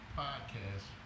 podcast